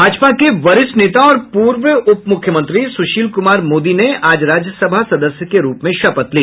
भाजपा के वरिष्ठ नेता और पूर्व उपमुख्यमंत्री सुशील कुमार मोदी ने आज राज्यसभा सदस्य के रूप में शपथ ली